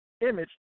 image